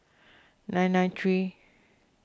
nine nine three